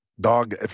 Dog